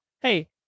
Hey